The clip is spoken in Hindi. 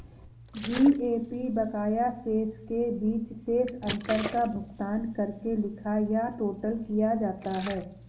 जी.ए.पी बकाया शेष के बीच शेष अंतर का भुगतान करके लिखा या टोटल किया जाता है